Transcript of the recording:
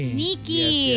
Sneaky